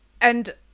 And-